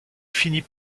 finit